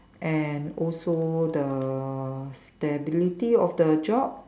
and also the stability of the job